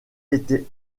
étaient